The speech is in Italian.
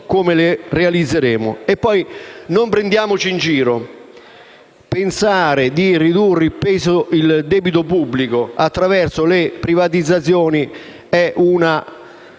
come realizzeremo. E poi non prendiamoci in giro: pensare di ridurre il debito pubblico attraverso le privatizzazioni è -